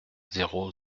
zéro